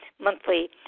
monthly